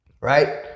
right